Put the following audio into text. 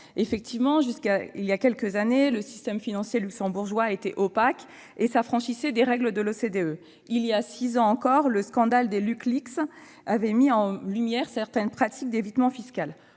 Effectivement, jusqu'à il y a quelques années, le système financier luxembourgeois était très opaque et s'affranchissait des règles de l'OCDE. Il y a six ans encore, le scandale des LuxLeaks avait mis en lumière certaines pratiques d'évitement fiscal.